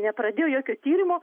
nepradėjo jokio tyrimo